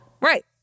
Right